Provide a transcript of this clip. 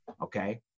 okay